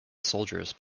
soldiers